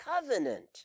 covenant